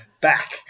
back